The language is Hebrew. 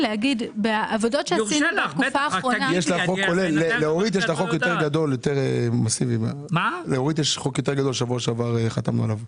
יש חוק יותר גדול, בשבוע שעבר חתמנו עליו.